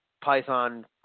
python